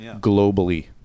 globally